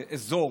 זה אזור,